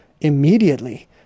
immediately